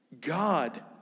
God